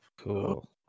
Cool